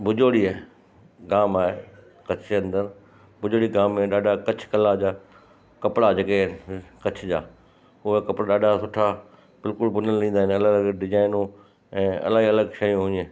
भुजोड़ी आहे गाम आहे कच्छ जे अंदरि भुजड़ी गांव में ॾाढा कच्छ कला जा कपिड़ा जेके आहिनि कच्छ जा हूअ कपिड़ा ॾाढा सुठा बिल्कुलु बुनियल ईंदा आहिनि अलॻि अलॻि डिजाइनूं ऐं अलॻि अलॻि शयूं ईअं